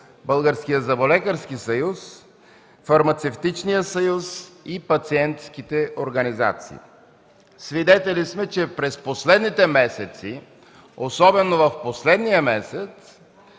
Българският зъболекарски съюз, Фармацевтичният съюз и пациентските организации. Свидетели сме, че през последните месеци, особено в последния месец,